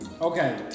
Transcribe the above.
Okay